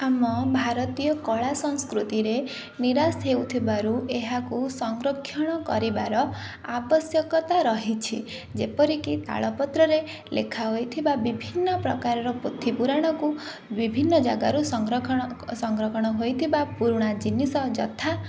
ଆମ ଭାରତୀୟ କଳା ସଂସ୍କୃତିରେ ନିରାଶ ହେଉଥିବାରୁ ଏହାକୁ ସଂରକ୍ଷଣ କରିବାର ଆବଶ୍ୟକତା ରହିଛି ଯେପରିକି ତାଳପତ୍ରରେ ଲେଖା ହୋଇଥିବା ବିଭିନ୍ନପ୍ରକାରର ପୋଥିପୁରାଣକୁ ବିଭିନ୍ନ ଜାଗାରୁ ସଂରକ୍ଷଣ ସଂରକ୍ଷଣ ହୋଇଥିବା ପୁରୁଣା ଜିନିଷ ଯଥା